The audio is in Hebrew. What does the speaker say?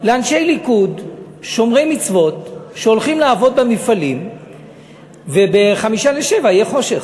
לאנשי ליכוד שומרי מצוות שהולכים לעבוד במפעלים וב-06:55 יהיה חושך.